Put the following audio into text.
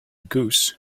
goose